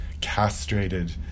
castrated